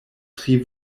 tri